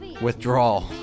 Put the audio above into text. Withdrawal